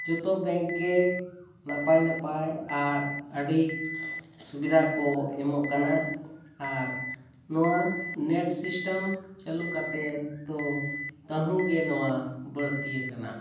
ᱡᱚᱛᱚ ᱵᱮᱝᱠ ᱜᱮ ᱱᱟᱯᱟᱭ ᱱᱟᱯᱟᱭ ᱟᱨ ᱟᱹᱰᱤ ᱥᱩᱵᱤᱫᱷᱟ ᱠᱚ ᱮᱢᱚᱜ ᱠᱟᱱᱟ ᱟᱨ ᱱᱚᱣᱟ ᱱᱮᱴ ᱥᱤᱥᱴᱮᱢ ᱪᱟᱹᱞᱩ ᱠᱟᱛᱮᱫ ᱫᱚ ᱛᱟᱹᱦᱩ ᱜᱮ ᱱᱚᱣᱟ ᱵᱟᱹᱲᱛᱤ ᱟᱠᱟᱱᱟ